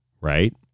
right